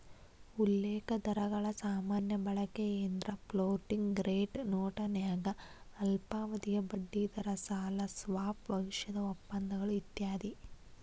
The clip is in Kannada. ಉಲ್ಲೇಖ ದರಗಳ ಸಾಮಾನ್ಯ ಬಳಕೆಯೆಂದ್ರ ಫ್ಲೋಟಿಂಗ್ ರೇಟ್ ನೋಟನ್ಯಾಗ ಅಲ್ಪಾವಧಿಯ ಬಡ್ಡಿದರ ಸಾಲ ಸ್ವಾಪ್ ಭವಿಷ್ಯದ ಒಪ್ಪಂದಗಳು ಇತ್ಯಾದಿ